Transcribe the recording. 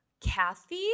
Kathy